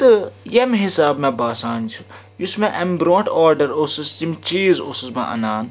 تہٕ ییٚمہِ حِسابہٕ مےٚ باسان چھُ یُس مےٚ اَمہِ برٛونٛٹھ آرڈَر اوسُس یِم چیٖز اوسُس بہٕ اَنان